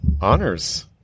honors